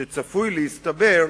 שצפוי להסתבר